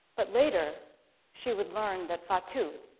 but later she would learn that fatu,